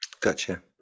gotcha